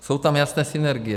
Jsou tam jasné synergie.